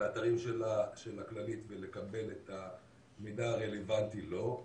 לאתרים של הכללית ולקבל את המידע הרלוונטי לו.